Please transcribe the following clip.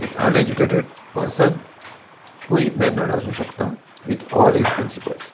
एक uneducated person हूय mannered आसूं शकता विथ ऑल एज प्रिंसिपल्स